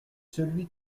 celui